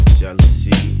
jealousy